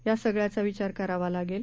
या सगळ्याच विचार करावा लागेल